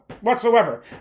whatsoever